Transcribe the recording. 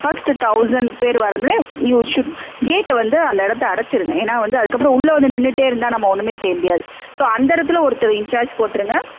first thousand பேர் வரத you should கேட்டை வந்து அந்த இடத்த அடைச்சிருங்க ஏன்னா வந்து அதற்கப்புறம் உள்ள வந்து நின்றுட்டே இருந்தால் நம்ம ஒன்றுமே செய்ய முடியாது ஸோ அந்த இடத்துல ஒருத்தர் இன்சார்ஜ் போட்டுருங்க